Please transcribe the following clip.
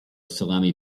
salami